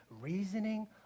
Reasoning